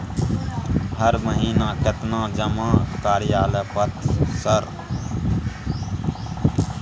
हर महीना केतना जमा कार्यालय पत्र सर?